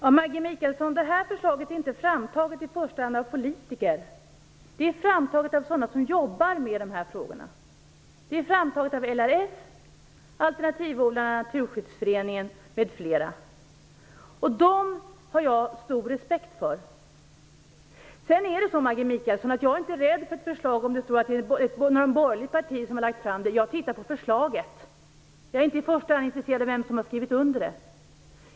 Fru talman! Det här förslaget är inte i första hand framtaget av politiker. Det är framtaget av sådana som jobbar med dessa frågor. Det är framtaget av Dem har jag stor respekt för. Jag är inte rädd för ett förslag när det är ett borgerligt parti som har lagt fram det. Jag tittar på förslaget. Jag är inte i första hand intresserad av vem som har skrivit under det.